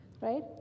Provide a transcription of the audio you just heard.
right